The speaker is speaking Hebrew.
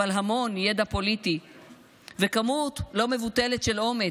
אבל המון ידע פוליטי וכמות לא מבוטלת של אומץ,